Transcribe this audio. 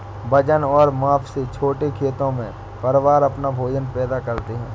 वजन और माप से छोटे खेतों में, परिवार अपना भोजन पैदा करते है